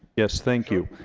yes thank you